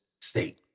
state